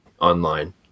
online